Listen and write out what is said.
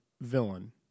villain